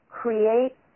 create